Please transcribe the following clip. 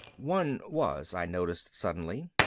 one was, i noticed suddenly.